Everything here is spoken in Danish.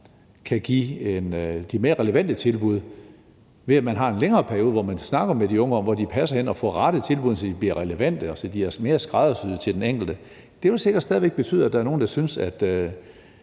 kan give mere relevante tilbud, ved at man har en længere periode, hvor man snakker med de unge om, hvor de passer ind, og får rettet tilbuddene, så de bliver relevante, og så de er mere skræddersyet til den enkelte. Det vil sikkert stadig væk betyde, at der er nogle, der synes, at